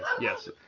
yes